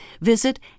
visit